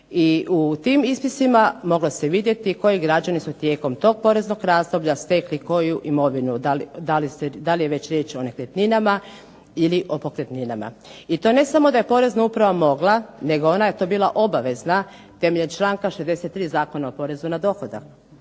i u tim ispisima moglo se vidjeti koji građani su tijekom tog poreznog razdoblja stekli koju imovinu. Da li je već riječ o nekretninama ili o pokretninama. I to ne samo da je porezna uprava mogla nego ona je to bila obavezna temeljem čl. 63. Zakona o porezu na dohodak.